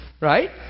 right